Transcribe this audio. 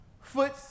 foot